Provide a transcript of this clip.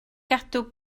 gadw